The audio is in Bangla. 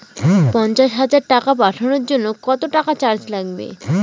পণ্চাশ হাজার টাকা পাঠানোর জন্য কত টাকা চার্জ লাগবে?